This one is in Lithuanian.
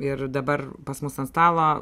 ir dabar pas mus ant stalo